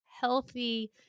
healthy